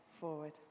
forward